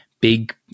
big